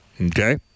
Okay